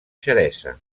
xeresa